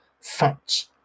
facts